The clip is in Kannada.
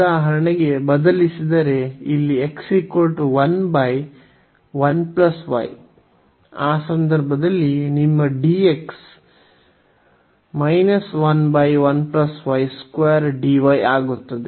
ಉದಾಹರಣೆಗೆ ಬದಲಿಸಿದರೆ ಇಲ್ಲಿ x 1 1 y ಆ ಸಂದರ್ಭದಲ್ಲಿ ನಿಮ್ಮ dx 1 y 2 dy ಆಗುತ್ತದೆ